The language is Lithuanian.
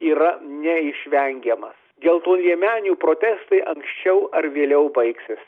yra neišvengiamas geltonliemenių protestai anksčiau ar vėliau baigsis